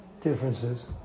differences